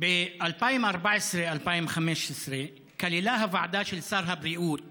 ב-2014 2015 כללה הוועדה של שר הבריאות